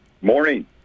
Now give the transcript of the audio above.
Morning